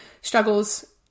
struggles